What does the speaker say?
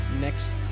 next